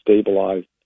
stabilized